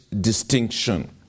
distinction